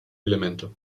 elemente